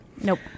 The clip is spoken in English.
Nope